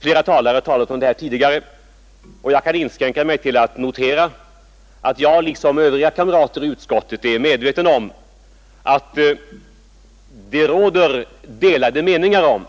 Flera talare har berört det tidigare, och jag kan inskränka mig till att notera att jag liksom mina kamrater i utskottet är medveten om det råder delade meningar om